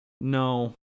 no